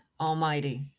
Almighty